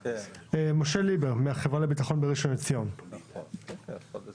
משה ליבר מן החברה לביטחון בראשון לציון, בבקשה.